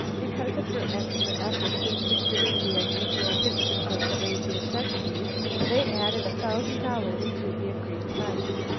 because of her extra efforts in securing the unusual pictures of the reindeer chukches, they added a thousand dollars to the agreed price.